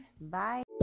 Bye